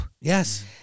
Yes